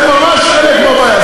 הם ממש חלק מהבעיה,